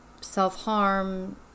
self-harm